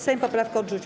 Sejm poprawkę odrzucił.